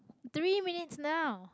three minutes now